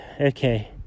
okay